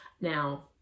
Now